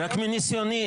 רק מניסיוני,